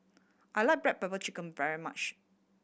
I like black pepper chicken very much